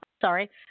Sorry